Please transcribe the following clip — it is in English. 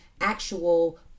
actual